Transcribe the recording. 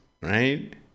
right